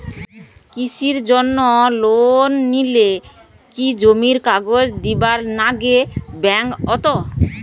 কৃষির জন্যে লোন নিলে কি জমির কাগজ দিবার নাগে ব্যাংক ওত?